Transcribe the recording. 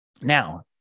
Now